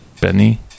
Benny